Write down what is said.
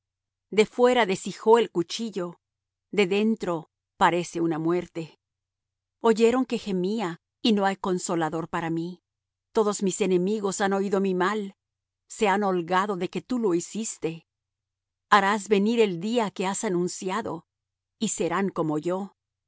de fuera deshijó el cuchillo de dentro parece una muerte oyeron que gemía y no hay consolador para mí todos mis enemigos han oído mi mal se han holgado de que tú lo hiciste harás venir el día que has anunciado y serán como yo